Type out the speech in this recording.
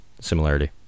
similarity